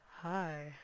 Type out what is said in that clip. hi